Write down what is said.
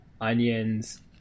onions